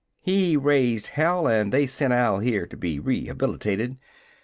he raised hell and they sent al here to be rehabilitated.